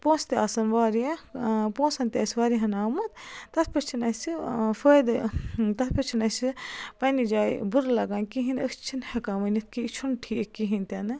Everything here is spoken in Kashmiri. پونٛسہٕ تہِ آسن واریاہ پونٛسَن تہِ آسہِ واریاہَن آمُت تَتھ پٮ۪ٹھ چھِنہٕ اَسہِ فٲیدٕ تَتھ پٮ۪ٹھ چھِنہٕ اَسہِ پنٛنہِ جایہِ بُرٕ لَگان کِہیٖنۍ أسۍ چھِنہٕ ہٮ۪کان ؤنِتھ کہِ یہِ چھُنہٕ ٹھیٖک کِہیٖنۍ تہِ نہٕ